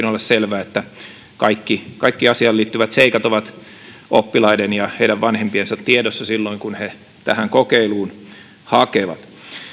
olla selvää että kaikki kaikki asiaan liittyvät seikat ovat oppilaiden ja heidän vanhempiensa tiedossa silloin kun he tähän kokeiluun hakevat